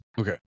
Okay